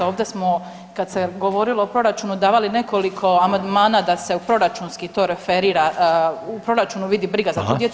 Ovdje smo kada se govorilo o proračunu davali nekoliko amandmana da se u proračunski to referira u proračunu vidi briga za tu djecu.